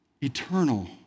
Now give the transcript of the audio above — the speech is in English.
eternal